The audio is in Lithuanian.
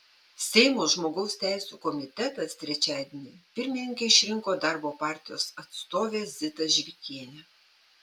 seimo žmogaus teisių komitetas trečiadienį pirmininke išrinko darbo partijos atstovę zitą žvikienę